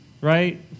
right